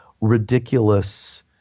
ridiculous